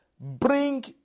bring